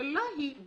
השאלה היא: